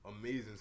amazing